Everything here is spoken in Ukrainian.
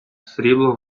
срібло